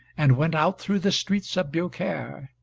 and went out through the streets of biaucaire,